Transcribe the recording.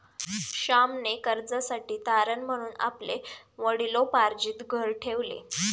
श्यामने कर्जासाठी तारण म्हणून आपले वडिलोपार्जित घर ठेवले